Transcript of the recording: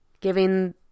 giving